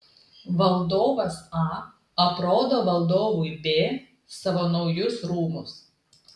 valdovas a aprodo valdovui b savo naujus rūmus